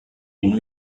une